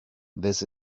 this